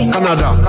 Canada